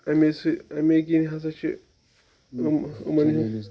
اَمے سۭتۍ اَمے کِنۍ ہَسا چھِ یِم یِمَن ہِنٛز